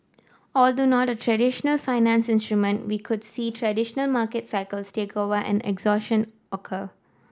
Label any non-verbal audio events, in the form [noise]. although not a traditional [unintelligible] we could see traditional market cycles take over and exhaustion occur